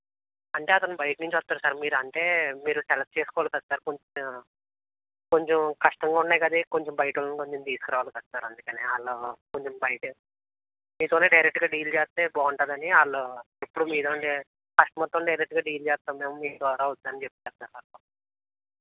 అంటే అతను బయట నుంచి వస్తాడు సార్ మీరు అంటే మీరు సెలెక్ట్ చేసుకోవాలి కదా సార్ కొంచెం కొంచెం కష్టంగా ఉన్నాయి కదా కొంచం బయట వాళ్ళని తీసుకురావాలి కదా సార్ అందుకని వాళ్ళు కొంచెం బయట మీతో డైరెక్ట్గా డీల్ చేస్తే బాగుంటుంది అని వాళ్ళు ఎప్పుడు మీతో కస్టమర్తో డైరెక్ట్గా డీల్ చేస్తాం మేము మీ ద్వారా వద్దని చెప్తారు సార్ వాళ్ళు